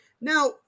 Now